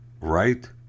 Right